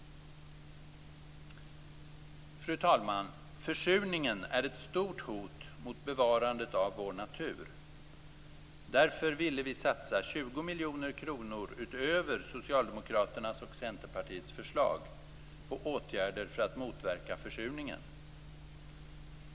Fru talman! Försurningen är ett stort hot mot bevarandet av vår natur. Därför vill vi satsa 20 miljoner kronor utöver Socialdemokraternas och Centerpartiets förslag på åtgärder för att motverka försurningen.